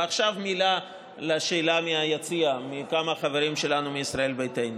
עכשיו מילה על השאלה מהיציע מכמה חברים שלנו מישראל ביתנו.